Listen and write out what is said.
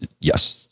yes